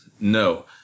No